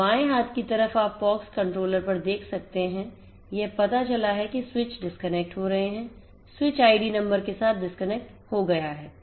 तो बाएं हाथ की तरफ आप POX कंट्रोलर पर देख सकते हैं यह पता चला है कि स्विच डिस्कनेक्ट हो रहे हैं स्विच आईडी नंबर के साथ डिस्कनेक्ट हो गया है